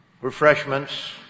refreshments